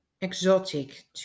exotic